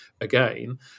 again